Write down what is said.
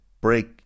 break